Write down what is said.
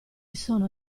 sono